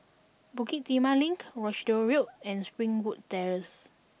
Bukit Timah Link Rochdale Road and Springwood Terrace